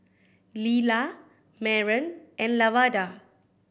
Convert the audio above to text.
Lilah Maren and Lavada